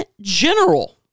general